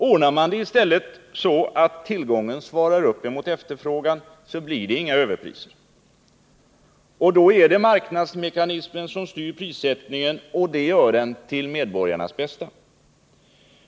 Ordnar man det i stället så att tillgången svarar mot efterfrågan, blir det inga överpriser. Då är det marknadsmekanismen som styr prissättningen — och det gör den till medborgarnas bästa.